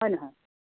হয় নহয়